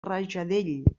rajadell